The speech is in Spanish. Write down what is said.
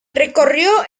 recorrió